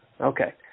Okay